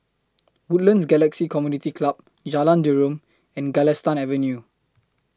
Woodlands Galaxy Community Club Jalan Derum and Galistan Avenue